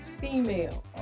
female